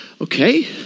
Okay